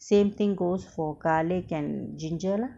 same thing goes for garlic and ginger lah